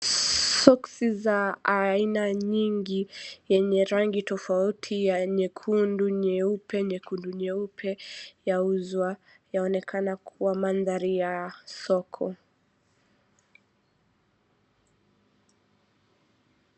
socks za aina nyingi yenye rangi tofauti ya nyekundu, nyeupe, nyekundu-nyeupe, yauzwa, yaonekana kuwa mandhari ya soko.